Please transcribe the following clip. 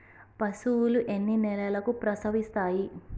పశువులు ఎన్ని నెలలకు ప్రసవిస్తాయి?